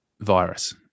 virus